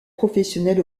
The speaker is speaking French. professionnelle